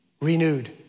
renewed